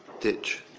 ditch